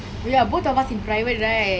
oh ya both of us in private right